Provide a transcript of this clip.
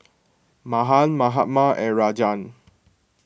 Mahan Mahatma and Rajan